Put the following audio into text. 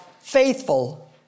faithful